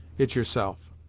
it's yourself.